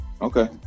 okay